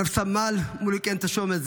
רב סמל מולוקן תשומה,